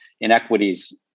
inequities